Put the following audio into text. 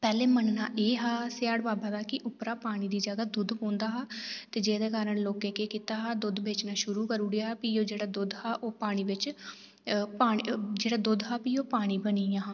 पैह्लें मन्नना एह् हा कि सियाढ़ बाबा दा कि उप्परा पानी दी जगह दुद्ध पौंदा हा ते जेह्दे कारण लोकें केह् करी ओड़ेआ कि लोकें दुद्ध बेचना शुरू करी ओड़ेआ प्ही जेह्ड़ा ओह् दुद्ध हा ओह् पानी बिच प्ही ओह् जेह्ड़ा दुद्ध हा ओह् पानी बनी गेआ हा